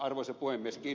arvoisa puhemies